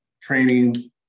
training